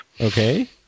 Okay